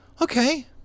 okay